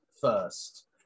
first